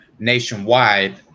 nationwide